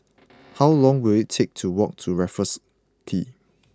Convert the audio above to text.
how long will it take to walk to Raffles Quay